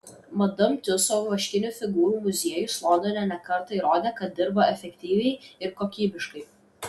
madam tiuso vaškinių figūrų muziejus londone ne kartą įrodė kad dirba efektyviai ir kokybiškai